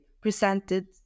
presented